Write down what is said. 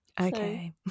okay